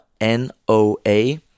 N-O-A